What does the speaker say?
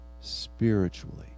spiritually